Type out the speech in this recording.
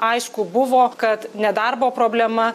aišku buvo kad nedarbo problema